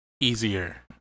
easier